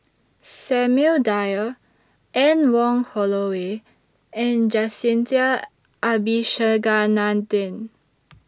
Samuel Dyer Anne Wong Holloway and Jacintha Abisheganaden